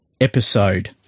episode